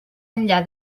enllà